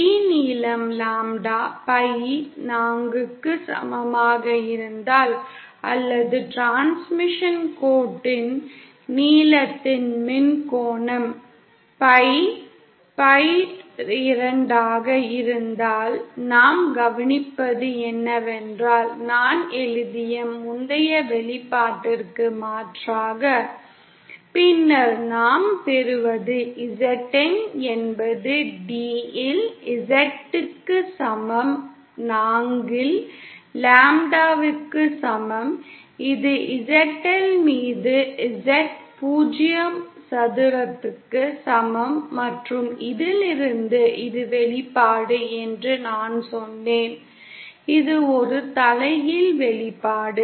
D நீளம் lambda pi 4க்கு சமமாக இருந்தால் அல்லது டிரான்ஸ்மிஷன் கோட்டின் நீளத்தின் மின் கோணம் pi பை 2 ஆக இருந்தால் நாம் கவனிப்பது என்னவென்றால் நான் எழுதிய முந்தைய வெளிப்பாட்டிற்கு மாற்றாக பின்னர் நாம் பெறுவது Zn என்பது D இல் Z க்கு சமம் 4 இல் லாம்ப்டாவுக்கு சமம் இது ZL மீது Z 0 சதுரத்திற்கு சமம் மற்றும் இதிலிருந்து இது வெளிப்பாடு என்று நான் சொன்னேன் இது ஒரு தலைகீழ் வெளிப்பாடு